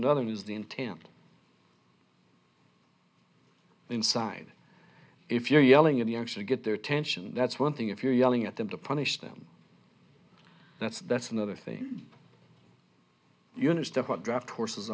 another is the in tampa inside if you're yelling at the actually get their attention that's one thing if you're yelling at them to punish them that's that's another thing units to what draft horses